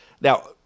Now